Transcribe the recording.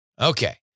Okay